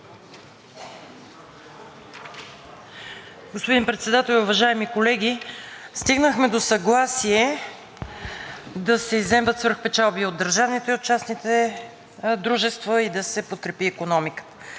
Господин Председател, уважаеми колеги, стигнахме до съгласие да се изземат свръхпечалби от държавните и от частните дружества и да се подкрепи икономиката.